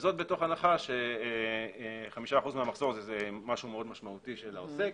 וזאת מתוך הנחה ש-5% מן המחזור זה דבר משמעותי מאוד לעוסק,